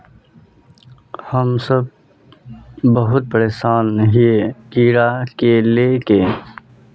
हम सब बहुत परेशान हिये कीड़ा के ले के?